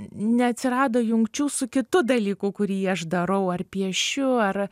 neatsirado jungčių su kitu dalyku kurį aš darau ar piešiu ar